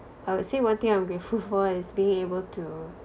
I would say one thing I'm grateful for is being able to